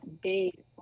big